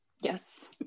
Yes